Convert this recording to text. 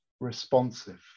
responsive